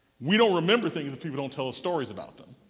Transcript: we don't remember things if people don't tell us stories about them.